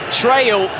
trail